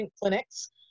clinics